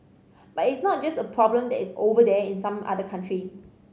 but it's not just a problem that is 'over there' in some other country